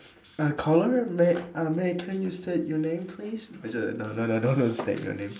uh caller may uh may can you state your name please actually no no no don't don't state your name